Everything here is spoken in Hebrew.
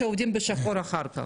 שעובדים בשחור אחר כך,